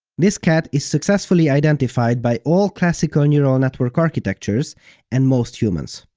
this cat is successfully identified by all classical neural network architectures and most humans.